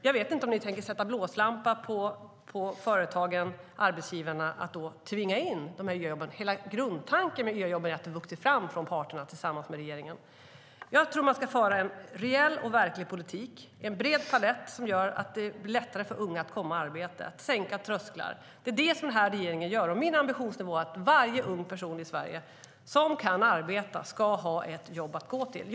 Jag vet inte om ni tänker sätta blåslampa på företagen och arbetsgivarna och tvinga in YA-jobben. Hela grundtanken med YA-jobben är ju att de har vuxit fram från parterna tillsammans med regeringen. Jag tror att man ska föra en rejäl och verklig politik, en bred palett som gör att det blir lättare för unga att komma i arbete och att sänka trösklarna. Det är vad den här regeringen gör. Min ambitionsnivå är att varje ung person i Sverige som kan arbeta ska ha ett jobb att gå till.